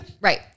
right